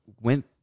went